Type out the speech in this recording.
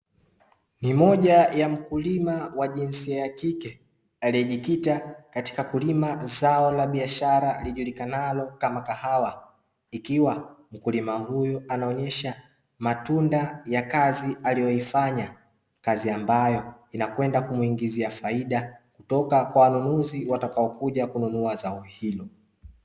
Ni moja ya mkulima wa jinsia ya kike aliyejikita katika kulima zao la biashara lijulikanalo kama kahawa, ikiwa mkulima huyu anaonyesha matunda ya kazi aliyoifanya; kazi ambayo inakwenda kumuingizia faida kutoka kwa wanunuzi watakaokuja kununua zao hilo.